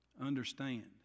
understand